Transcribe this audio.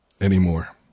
anymore